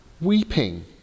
weeping